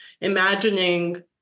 imagining